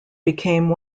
became